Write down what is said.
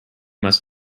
must